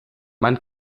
man